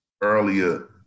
earlier